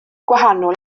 gwahanol